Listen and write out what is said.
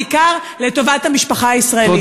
לטובת המשפחה הישראלית.